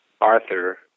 Arthur